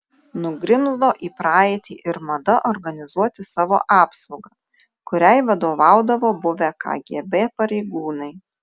nugrimzdo į praeitį ir mada organizuoti savo apsaugą kuriai vadovaudavo buvę kgb pareigūnai